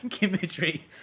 imagery